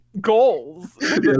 goals